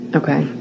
okay